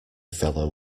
fellow